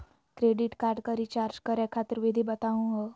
Credit card क recharge करै खातिर विधि बताहु हो?